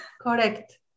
Correct